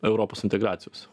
europos integracijos